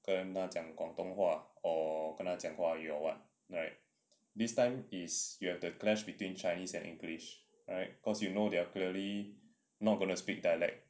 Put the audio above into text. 跟他讲广东话 or 跟他讲华语 or what this time is you have the clash between chinese and english right cause you know they're clearly not gonna speak dialect